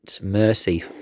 mercy